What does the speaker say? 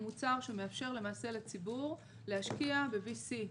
הוא מוצר שמאפשר לציבור להשקיע ב-VC,